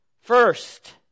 first